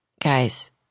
Guys